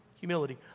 Humility